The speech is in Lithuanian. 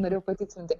norėjau patikslinti